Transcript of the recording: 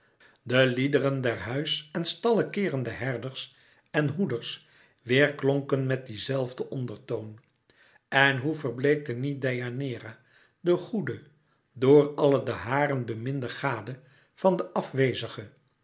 de liederen der huis en stalle keerende herders en hoeders weêrklonken met dien zelfden ondertoon en hoe verbleekte niet deianeira de goede door alle de haren beminde gade van den afwezige